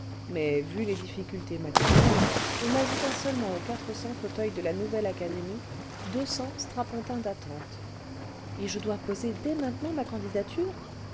mais vu les chfficultés matérielles on ajouta seulement aux quatre cents fauteuils de la nouvelle académie deux cents strapontins d'attente et je dois poser dès maintenant ma candidature